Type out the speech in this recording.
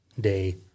day